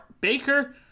Baker